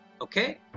Okay